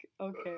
okay